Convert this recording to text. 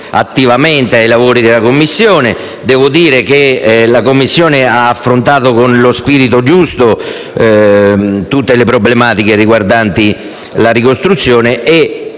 attivamente ai lavori della Commissione e devo riconoscere che essa ha affrontato con lo spirito giusto tutte le tematiche riguardanti la ricostruzione e,